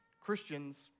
Christians